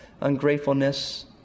ungratefulness